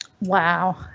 wow